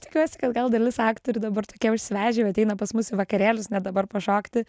tikiuosi kad gal dalis aktorių dabar tokie užsivežę jau ateina pas mus į vakarėlius net dabar pašokti